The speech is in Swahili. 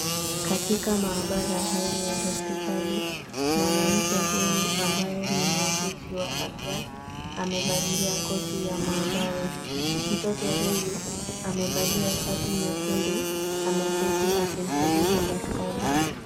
Katika maabara haya ya hospitali, mwanamke huyu ambaye ni muuguzi wa afya, amevalia koti ya maabara. Mtoto huyu amevalia shati nyekundu, ameketi akimsubiri daktari.